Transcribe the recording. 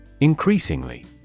Increasingly